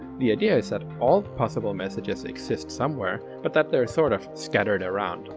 the idea is that all the possible messages exist somewhere, but that they're sort of scattered around,